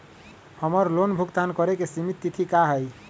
हमर लोन भुगतान करे के सिमित तिथि का हई?